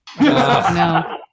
No